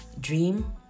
Dream